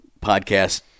podcast